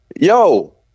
Yo